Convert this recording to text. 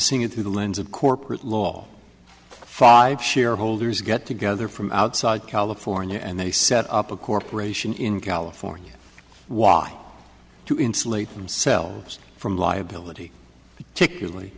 seeing it through the lens of corporate law five shareholders get together from outside california and they set up a corporation in california wa to insulate themselves from liability